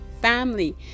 family